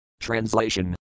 Translation